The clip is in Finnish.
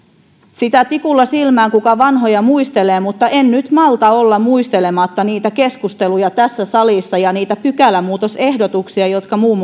sitä tikulla silmään kuka vanhoja muistelee mutta en nyt malta olla muistelematta niitä keskusteluja tässä salissa ja niitä pykälämuutosehdotuksia joita muun